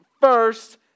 first